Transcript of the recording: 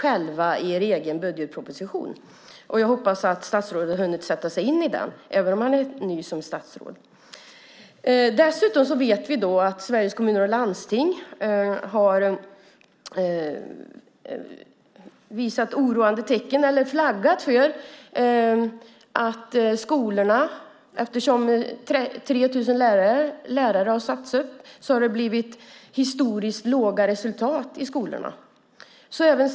Jag hoppas att statsrådet har hunnit sätta sig in i budgetpropositionen även om han är ny. Sveriges Kommuner och Landsting har visat oro för skolan. 3 000 lärare har sagts upp, vilket har gett historiskt låga resultat i skolan.